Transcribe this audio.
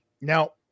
Now